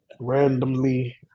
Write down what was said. randomly